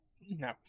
No